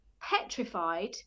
petrified